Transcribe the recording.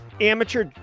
Amateur